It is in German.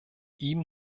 ihm